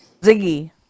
Ziggy